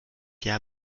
jahr